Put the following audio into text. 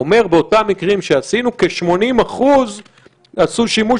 אומר שבאותם מקרים שעשינו כ-80% עשו שימוש